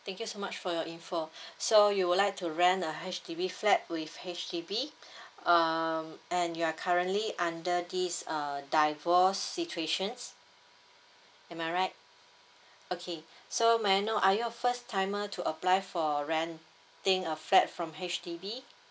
thank you so much for your info so you would like to rent a H_D_B flat with H_D_B um and you're currently under this uh divorced situation am I right okay so may I know are you a first timer to apply for renting a flat from H_D_B